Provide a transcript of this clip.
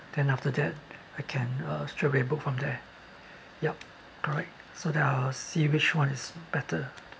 then after that I can uh straight away book from there yup correct so that I'll see which one is better